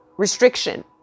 Restriction